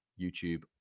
YouTube